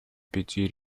пяти